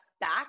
back